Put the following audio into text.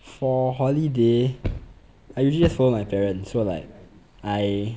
for holiday I usually follow my parents so like I